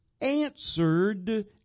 answered